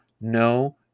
No